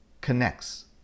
connects